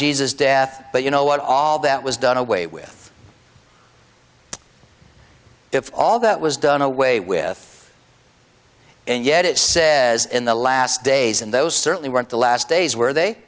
jesus death but you know what all that was done away with if all that was done away with and yet it says in the last days and those certainly weren't the last days were they